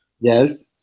Yes